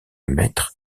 mètres